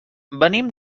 venim